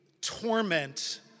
torment